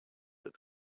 that